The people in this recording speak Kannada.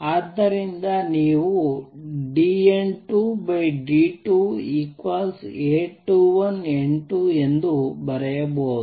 ಆದ್ದರಿಂದ ನೀವು dN2dt A21N2 ಎಂದು ಬರೆಯಬಹುದು